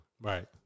right